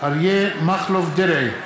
אריה מכלוף דרעי,